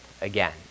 again